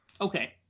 Okay